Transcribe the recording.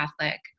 catholic